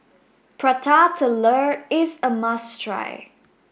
Prata Telur is a must try